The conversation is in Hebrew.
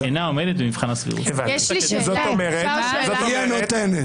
אינה עומדת במבחן הסבירות." היא הנותנת.